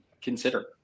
consider